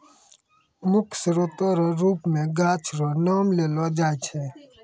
मुख्य स्रोत रो रुप मे गाछ रो नाम लेलो जाय छै